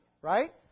right